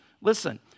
listen